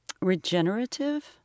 regenerative